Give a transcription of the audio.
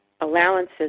allowances